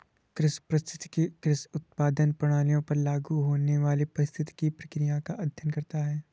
कृषि पारिस्थितिकी कृषि उत्पादन प्रणालियों पर लागू होने वाली पारिस्थितिक प्रक्रियाओं का अध्ययन करता है